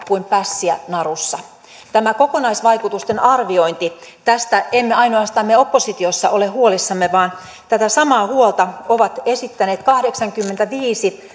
kuin pässiä narussa tämä kokonaisvaikutusten arviointi tästä emme ainoastaan me oppositiossa ole huolissamme vaan tätä samaa huolta ovat esittäneet kahdeksankymmentäviisi